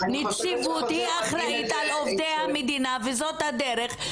הנציבות אחראית על עובדי המדינה וזאת הדרך,